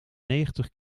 negentig